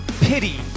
pity